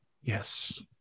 Yes